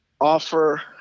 offer